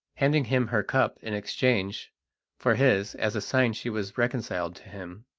handing him her cup in exchange for his as a sign she was reconciled to him.